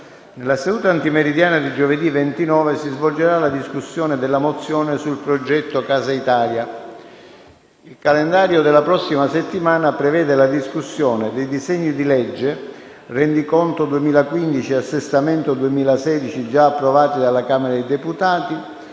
Nella seduta antimeridiana di giovedì 29 si svolgerà la discussione della mozione sul progetto "Casa Italia". Il calendario della prossima settimana prevede la discussione dei disegni di legge Rendiconto 2015 e Assestamento 2016, già approvati dalla Camera dei deputati,